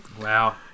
wow